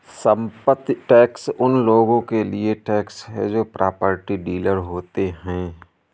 संपत्ति टैक्स उन लोगों के लिए टैक्स है जो प्रॉपर्टी डीलर होते हैं